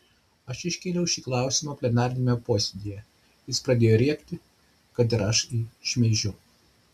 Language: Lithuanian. kai iškėliau šį klausimą plenariniame posėdyje jis pradėjo rėkti kad ir aš jį šmeižiu